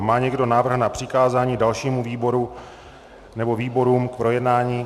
Má někdo návrh na přikázání dalšímu výboru nebo výborům k projednání?